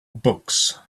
books